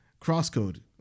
Crosscode